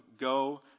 go